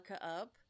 up